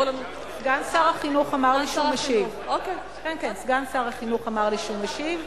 סגן שר החינוך, סגן שר החינוך אמר לי שהוא משיב.